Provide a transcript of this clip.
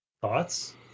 thoughts